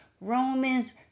Romans